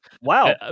Wow